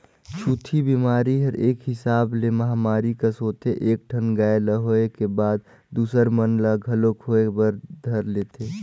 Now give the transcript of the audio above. छूतही बेमारी हर एक हिसाब ले महामारी कस होथे एक ठन गाय ल होय के बाद दूसर मन ल घलोक होय बर धर लेथे